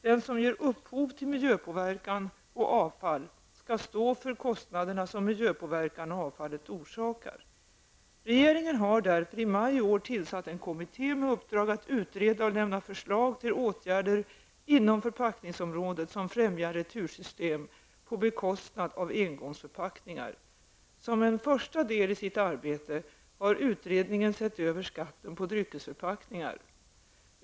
Den som ger upphov till miljöpåverkan och avfall skall stå för de kostnader som miljöpåverkan och avfallet orsakar. Regeringen har därför i maj i år tillsatt en kommitté med uppdrag att utreda och lämna förslag till åtgärder inom förpackningsområdet som främjar retursystem på bekostnad av engångsförpackningar. Som en första del i sitt arbete har utredningen sett över skatten på dryckesförpackningar.